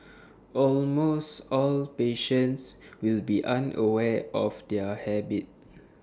almost all patients will be unaware of their habit